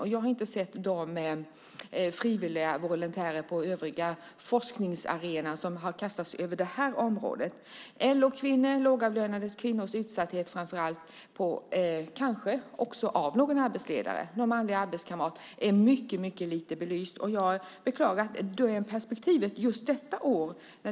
Och jag har inte sett frivilliga volontärer på den övriga forskningsarenan som har kastat sig över det här området. Utsattheten för LO-kvinnor och lågavlönade kvinnor, kanske också när det gäller någon arbetsledare eller någon manlig arbetskamrat, är mycket lite belyst. Jag beklagar att det perspektivet inte finns med i övervägandena just detta år.